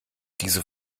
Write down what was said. diese